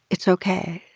it's ok.